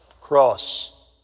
cross